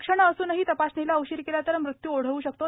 लक्षण असूनही तपासणीला उशीर केला तर मृत्यू ओढवू शकतो